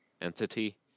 entity